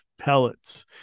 pellets